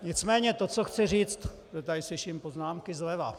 Nicméně to, co chci říci tady slyším poznámky zleva.